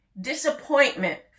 Disappointment